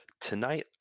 Tonight